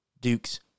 Duke's